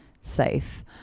safe